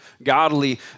Godly